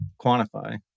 quantify